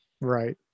Right